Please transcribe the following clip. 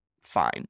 fine